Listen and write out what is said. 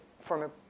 Former